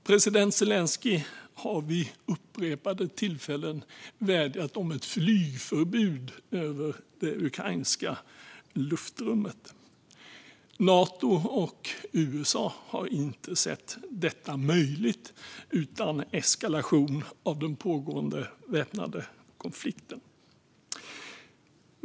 President Zelenskyj har vid upprepade tillfällen vädjat om ett flygförbud i det ukrainska luftrummet. Nato och USA har inte sett detta som möjligt utan eskalation av den pågående väpnade konflikten.